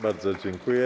Bardzo dziękuję.